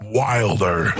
wilder